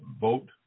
Vote